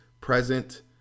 present